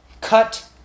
Cut